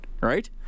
right